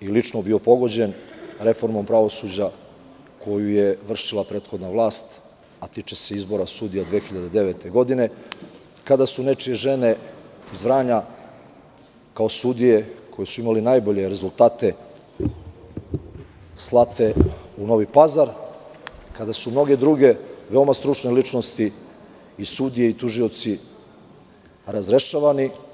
i lično bio pogođen reformom pravosuđa koju je vršila prethodna vlast, a tiče se izbora sudija 2009. godine, kada su nečije žene iz Vranja kao sudije koje su imale najbolje rezultate slane u Novi Pazar, kada su mnoge druge veoma stručne ličnosti i sudije i tužioci razrešavani.